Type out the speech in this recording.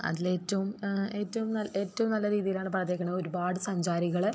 അതിലേറ്റവും ഏറ്റും ഏറ്റവും നല്ല രീതിയിലാണ് പണിതിരിക്കുന്നത് ഒരുപാട് സഞ്ചാരികൾ